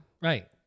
Right